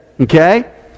Okay